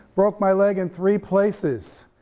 broke my leg in three places.